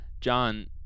John